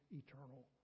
eternal